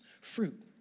fruit